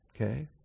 Okay